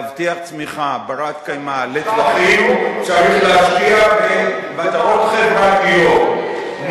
כדי להבטיח צמיחה בת-קיימא לטווחים צריך להשקיע במטרות חברתיות.